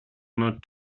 not